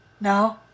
No